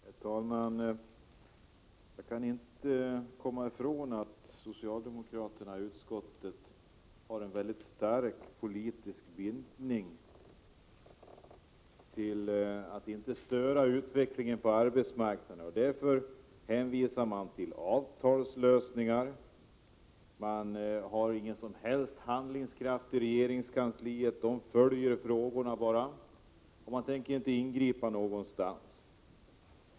Herr talman! Jag kan inte komma ifrån att socialdemokraterna i utskottet har en väldigt stark politisk bindning till att inte störa utvecklingen på arbetsmarknaden. Därför hänvisar de till avtalslösningar. Det finns ingen som helst handlingskraft i regeringskansliet — där följer man bara frågorna — och tänker inte ingripa någonstans.